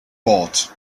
bought